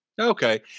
Okay